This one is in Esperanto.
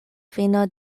fino